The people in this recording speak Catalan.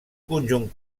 conjunt